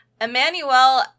Emmanuel